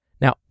Now